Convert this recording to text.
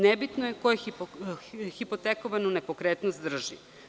Nebitno je ko hipotekovanu nepokretnost drži.